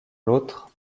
l’autre